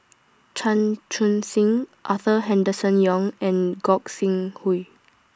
Chan Chun Sing Arthur Henderson Young and Gog Sing Hooi